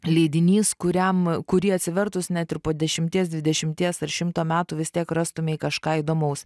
leidinys kuriam kurį atsivertus net ir po dešimties dvidešimties ar šimto metų vis tiek rastumei kažką įdomaus